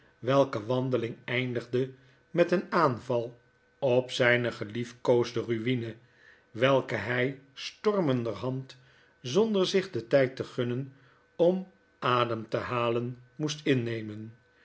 welke wandeling eindigde met een aanval op zyne geliefkoosde ruine welke hy stormeaderhand zonder zich den tgd te gunnen om ademtehalen moest innemen